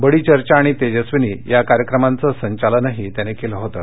बडी चर्चा आणि तेजस्विनी या कार्यक्रमांचं संचालनही त्यांनी केलं होतं